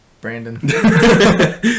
Brandon